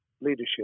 leadership